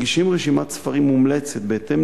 מגישים רשימת ספרים מומלצת בהתאם